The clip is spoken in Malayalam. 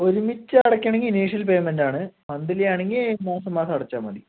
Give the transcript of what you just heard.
ഒരുമിച്ച് അടയ്ക്കുകയാണെങ്കിൽ ഇനിഷ്യൽ പേയ്മെൻ്റ് ആണ് മന്തിലി ആണെങ്കിൽ മൂന്ന് മാസം അടച്ചാൽ മതി